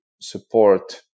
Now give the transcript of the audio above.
support